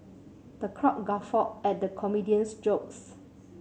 the crowd guffawed at the comedian's jokes